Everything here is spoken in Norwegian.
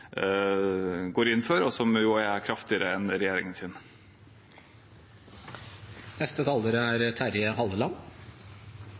går inn for, og som er kraftigere enn regjeringens. Når vi diskuterer vernede vassdrag i dag, så er